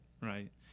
right